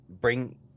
Bring